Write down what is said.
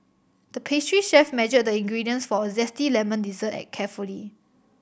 the pastry chef measured the ingredients for a zesty lemon dessert a carefully